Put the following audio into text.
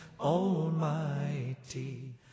almighty